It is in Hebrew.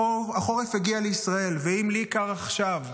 החורף הגיע לישראל, ואם לי קר עכשיו,